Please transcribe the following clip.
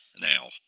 Now